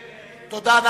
תודה.